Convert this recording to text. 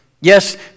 Yes